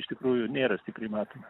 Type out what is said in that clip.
iš tikrųjų nėra stipriai matoma